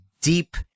deep